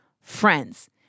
friends